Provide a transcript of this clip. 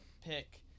pick